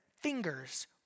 fingers